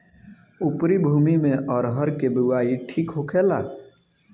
उपरी भूमी में अरहर के बुआई ठीक होखेला?